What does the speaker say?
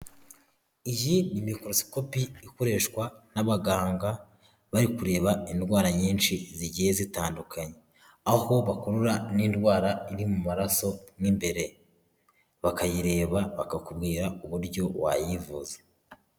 Iyi ni mikorosikopi ikoreshwa n'abaganga, bari kureba indwara nyinshi zigiye zitandukanye, aho bakurura n'indwara iri mu maraso mo imbere, bakayireba bakakubwira uburyo wayivuza.